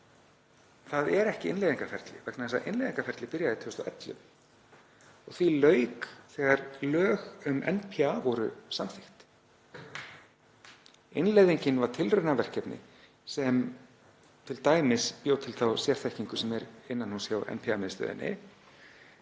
er ekki innleiðingarferli vegna þess að innleiðingarferlið byrjaði 2011. Því lauk þegar lög um NPA voru samþykkt. Innleiðingin var tilraunaverkefni sem bjó t.d. til þá sérþekkingu sem er innan húss hjá NPA-miðstöðinni,